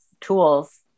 tools